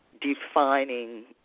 defining